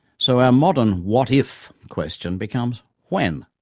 so our modern what if? question becomes when?